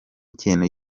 ikintu